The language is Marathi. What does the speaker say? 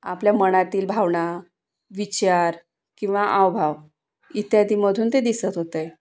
आपल्या मनातील भावना विचार किंवा हावभाव इत्यादीमधून ते दिसत होते